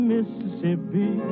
Mississippi